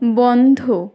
বন্ধ